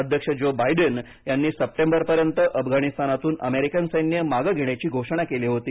अध्यक्ष Joe Biden यांनी सप्टेंबरपर्यंत अफगाणिस्तानातून अमेरिकन सैन्य मागे घेण्याची घोषणा केली होती